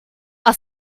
our